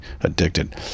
addicted